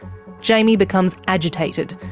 jaimie becomes agitated,